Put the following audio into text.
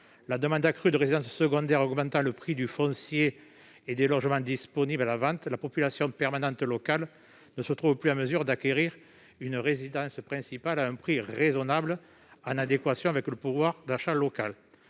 La demande accrue de résidences secondaires augmentant le prix du foncier et des logements disponibles à la vente, la population permanente locale ne se trouve plus en mesure d'acquérir une résidence principale à un prix raisonnable, en adéquation avec le pouvoir d'achat local.